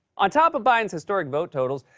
on top of biden's historic vote totals,